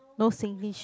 no Singlish